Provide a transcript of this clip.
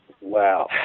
Wow